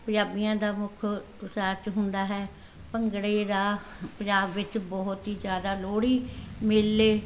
ਪੰਜਾਬੀਆਂ ਦਾ ਮੁੱਖ ਨਾਚ ਹੁੰਦਾ ਹੈ ਭੰਗੜੇ ਦਾ ਪੰਜਾਬ ਵਿੱਚ ਬਹੁਤ ਹੀ ਜ਼ਿਆਦਾ ਲੋਹੜੀ ਮੇਲੇ